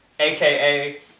AKA